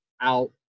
out